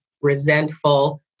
resentful